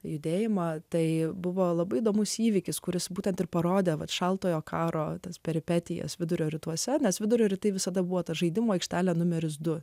judėjimą tai buvo labai įdomus įvykis kuris būtent ir parodė kad šaltojo karo tas peripetijas vidurio rytuose nes vidurio rytai visada buvo ta žaidimų aikštelė numeris du